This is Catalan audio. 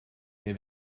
que